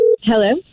Hello